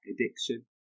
addiction